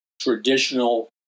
traditional